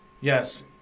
yes